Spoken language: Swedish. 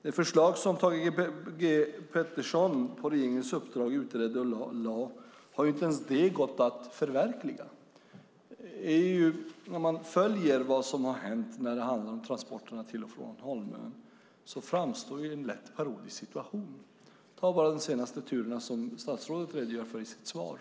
Det förslag som Thage G Peterson på regeringens uppdrag lade fram har inte gått att förverkliga. När man följer vad som har hänt transporterna till och från Holmön framstår en lätt parodisk situation. Ta bara de senaste turerna som statsrådet redogjorde för i sitt svar.